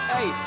Hey